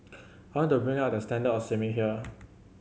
want to bring up the standard of swimming here